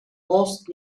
most